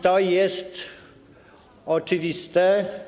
To jest oczywiste.